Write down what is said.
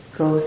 go